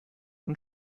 und